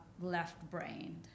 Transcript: left-brained